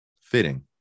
Fitting